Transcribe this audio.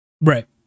Right